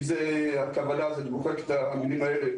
אם זאת הכוונה אז אני מוחק את המילים האלה.